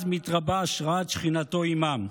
אז מתרבה השראת שכינתו עימם.